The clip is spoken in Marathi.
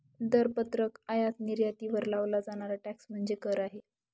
दरपत्रक आयात निर्यातीवर लावला जाणारा टॅक्स म्हणजे कर आहे